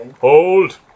Hold